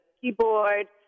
keyboard